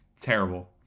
terrible